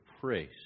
praise